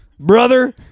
Brother